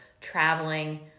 traveling